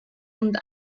und